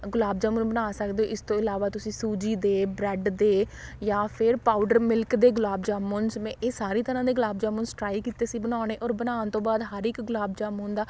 ਗੁਲਾਬ ਜਾਮੁਨ ਬਣਾ ਸਕਦੇ ਹੋ ਇਸ ਤੋਂ ਇਲਾਵਾ ਤੁਸੀਂ ਸੂਜੀ ਦੇ ਬ੍ਰੈਡ ਦੇ ਜਾਂ ਫੇਰ ਪਾਊਡਰ ਮਿਲਕ ਦੇ ਗੁਲਾਬ ਜਾਮੁਨਸ ਮੈਂ ਇਹ ਸਾਰੀ ਤਰ੍ਹਾਂ ਦੇ ਗੁਲਾਬ ਜਾਮੁਨਸ ਟਰਾਈ ਕੀਤੇ ਸੀ ਬਣਾਉਣੇ ਔਰ ਬਣਾਉਣ ਤੋਂ ਬਾਅਦ ਹਰ ਇੱਕ ਗੁਲਾਬ ਜਾਮੁਨ ਦਾ